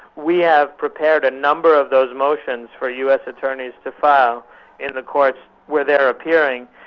we have prepared a number of those motions for us attorneys to file in the courts where they're appearing,